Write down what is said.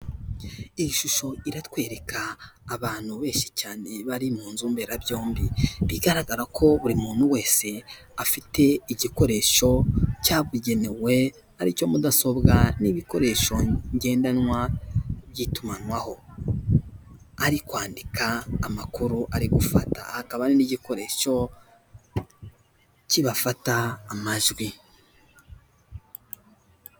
iyi shusho iratwereka abantu benshi cyane bari munzu mberabyombi bigaragara ko buri muntu wese afite igikoresho cyabugenewe aricyo mudasobwa n'ibikoresho ngendanwa by'itumanwaho ari kwandika amakuru arigufata hakaba hari n'ibikoresho kibafata amajwi.